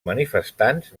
manifestants